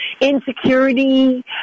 insecurity